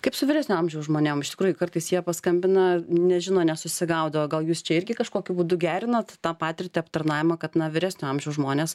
kaip su vyresnio amžiaus žmonėm iš tikrųjų kartais jie paskambina nežino nesusigaudo gal jūs čia irgi kažkokiu būdu gerinot tą patirtį aptarnavimą kad na vyresnio amžiaus žmonės